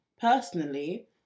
personally